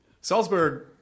Salzburg